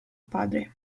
padre